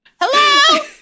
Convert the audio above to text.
hello